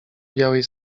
białej